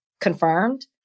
confirmed